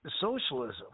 socialism